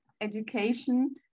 education